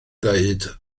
ddweud